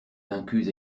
vaincus